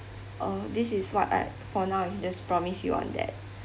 uh this is what I for now I just promise you on that